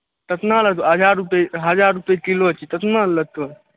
केतना लेबहो हजार रूपए हजार रूपए किलो छै केतना लेबहो